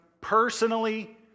personally